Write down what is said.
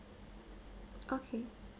okay